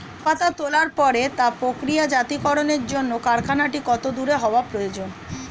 চা পাতা তোলার পরে তা প্রক্রিয়াজাতকরণের জন্য কারখানাটি কত দূর হওয়ার প্রয়োজন?